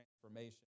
transformation